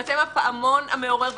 אתם הפעמון המעורר.